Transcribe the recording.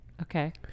Okay